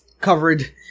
Covered